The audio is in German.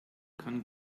kann